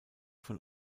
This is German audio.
von